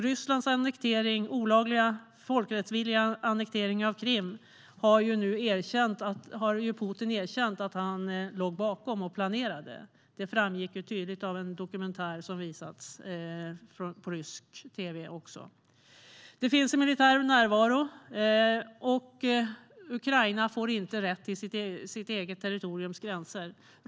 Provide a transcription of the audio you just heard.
Rysslands olagliga, folkrättsvidriga annektering av Krim har nu Putin erkänt att han låg bakom och planerade. Det framgick tydligt av en dokumentär som visats också på rysk tv. Det finns en militär närvaro, och Ukraina får inte rätt till sitt eget territoriums gränser.